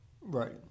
Right